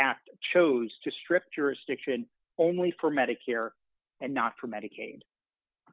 act chose to strip jurisdiction only for medicare and not for medicaid